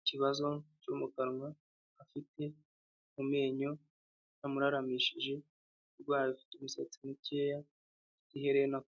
ikibazo cyo mu kanwa afite mu menyo yamuraramishije umurwayi afite umisatsi mukeya giherena ku.